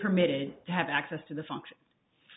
permitted to have access to the function